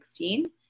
2016